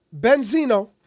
Benzino